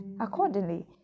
accordingly